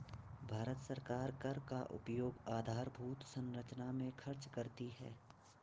भारत सरकार कर का उपयोग आधारभूत संरचना में खर्च करती है